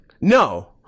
No